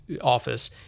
office